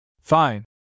Fine